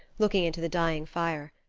looking into the dying fire.